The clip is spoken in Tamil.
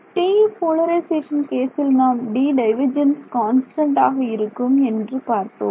TE போலரிசேஷன் கேஸில் நாம் D டைவர்ஜென்ஸ் கான்ஸ்டன்ட் ஆக இருக்கும் என்று பார்த்தோம்